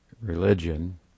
religion